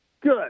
good